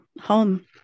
Home